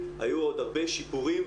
היו עוד שיפורים,